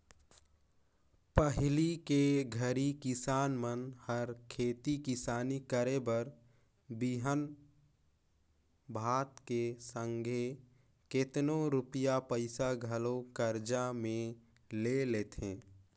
पहिली के घरी किसान मन हर खेती किसानी करे बर बीहन भात के संघे केतनो रूपिया पइसा घलो करजा में ले लेथें